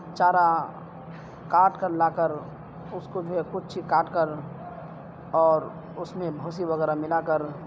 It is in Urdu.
چارہ کاٹ کر لا کر اس کو جو ہے کچھ کاٹ کر اور اس میں بھوسی وغیرہ ملا کر